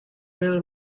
will